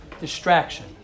distraction